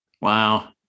Wow